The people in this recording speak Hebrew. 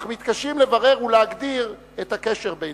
אך מתקשים לברר ולהגדיר את הקשר ביניהן.